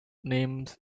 names